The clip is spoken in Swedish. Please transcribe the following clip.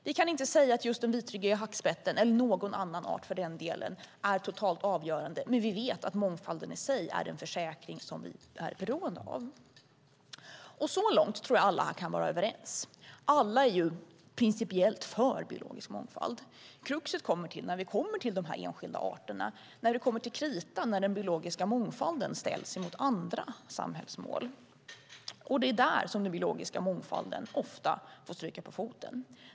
Vi kan inte säga att just den vitryggiga hackspetten eller någon annan art för den delen är totalt avgörande, men vi vet att mångfalden i sig är en försäkring som vi är beroende av. Så långt tror jag att alla här kan vara överens. Alla är ju principiellt för biologisk mångfald. Kruxet är när vi kommer till de enskilda arterna, när det kommer till kritan och den biologiska mångfalden ställs mot andra samhällsmål. Det är då som den biologiska mångfalden ofta får stryka på foten.